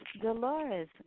Dolores